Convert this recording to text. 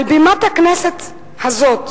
מעל בימת הכנסת הזאת,